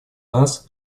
нас